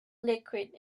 liquid